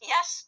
Yes